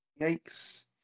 Yikes